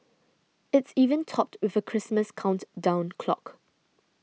it's even topped with a Christmas countdown clock